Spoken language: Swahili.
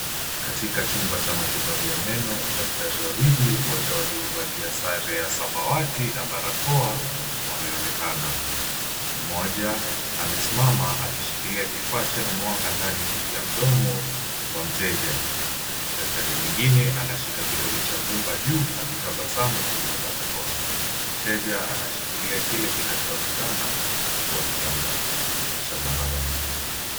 Katika chumba cha matibabu ya meno daktari wawili wote waliovalia sare ya samawati na barakoa wameonekana, mmoja amesimama akishikilia kifaa chenye mwanga ndani ya mdomo wa mteja, daktari mwingine anashika kidole cha gumba juu akitabasamu nyuma ya barakoa. Mteja anashikilia kile kinachoonekana kwa kitambaa cha zambarau.